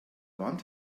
wand